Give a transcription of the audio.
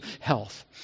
health